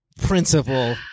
Principal